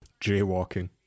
jaywalking